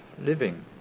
living